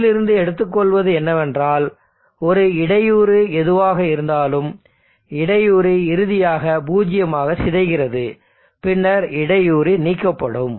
இதிலிருந்து எடுத்துக்கொள்வது என்னவென்றால் ஒரு இடையூறு எதுவாக இருந்தாலும் இடையூறு இறுதியாக பூஜ்ஜியமாக சிதைகிறது பின்னர் இடையூறு நீக்கப்படும்